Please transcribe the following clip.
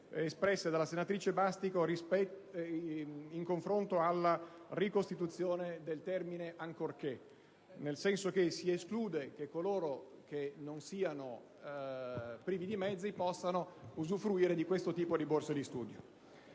espresse dalla senatrice Bastico in confronto all'introduzione del termine «ancorché»; infatti si esclude che coloro che non siano privi di mezzi possano usufruire di questo tipo di borse di studio.